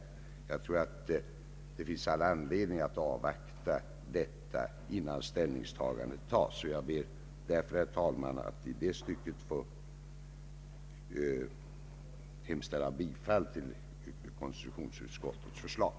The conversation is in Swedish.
Jag tror att det finns anledning att avvakta utredningens resultat, innan ställningstagandet sker. Jag ber därför, herr talman, att i det stycket få hemställa om bifall till konstitutionsutskottets förslag.